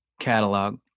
catalog